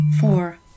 four